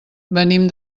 venim